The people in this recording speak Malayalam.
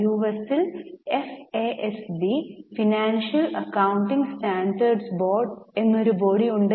യുഎസിൽ FASB financial accounting standard board എന്നൊരു ബോഡി ഉണ്ട്